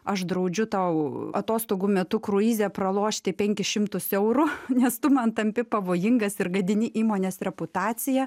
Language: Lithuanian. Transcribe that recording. aš draudžiu tau atostogų metu kruize pralošti penkis šimtus eurų nes tu man tampi pavojingas ir gadini įmonės reputaciją